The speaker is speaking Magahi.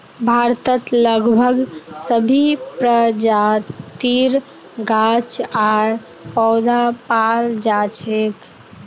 भारतत लगभग सभी प्रजातिर गाछ आर पौधा पाल जा छेक